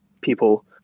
people